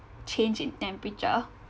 change in temperature